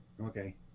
Okay